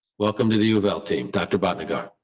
welcome to the u of l team. doctor bhatnagar.